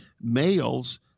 males